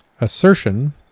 Assertion